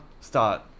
start